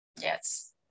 Yes